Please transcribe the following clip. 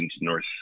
North